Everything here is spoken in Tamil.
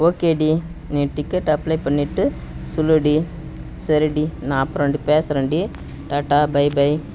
ஓகேடி நீ டிக்கெட் அப்ளை பண்ணிவிட்டு சொல்லுடி சரிடி நான் அப்புறம் வந்து பேசுகிறேன்டி டாடா பாய் பாய்